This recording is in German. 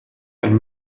ein